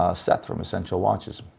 ah seth, from essential watches,